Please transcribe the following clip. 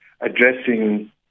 addressing